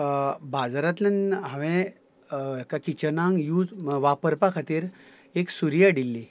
बाजारांतल्यान हांवें हाका किचनांत यूज वापरपा खातीर एक सुरी हाडिल्ली